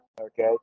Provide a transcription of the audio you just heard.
Okay